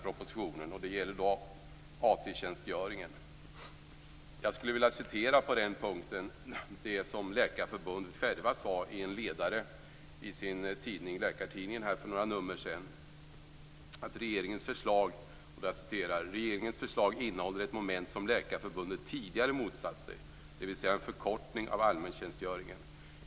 Det gäller AT-tjänstgöringen. Jag skulle vilja citera ur Läkarförbundets ledare i "Regeringens förslag innehåller ett moment som Läkarförbundet tidigare motsatt sig, dvs. en förkortning av allmäntjänstgöringen.